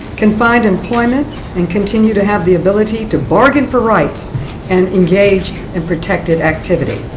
can find employment and continue to have the ability to bargain for rights and engage in protected activity.